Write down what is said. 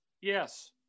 Yes